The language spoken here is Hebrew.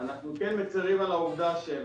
אנחנו לא רוצים לשאול כשזה 40,